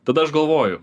tada aš galvoju